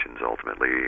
Ultimately